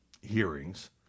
hearings